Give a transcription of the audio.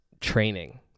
training